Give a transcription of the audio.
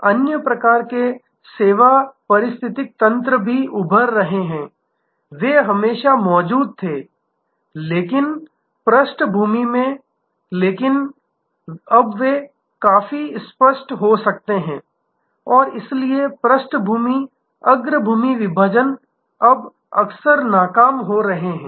अन्य प्रकार के सेवा पारिस्थितिकी तंत्र भी अब उभर रहे हैं वे हमेशा मौजूद थे लेकिन पृष्ठभूमि में लेकिन अब वे भी काफी स्पष्ट हो सकते हैं और इसलिए पृष्ठभूमि अग्रभूमि विभाजन अब अक्सर नाकाम हो रहे हैं